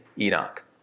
Enoch